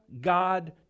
God